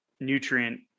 nutrient